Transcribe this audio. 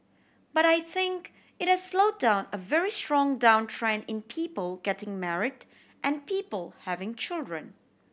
but I think it has slow down a very strong downtrend in people getting married and people having children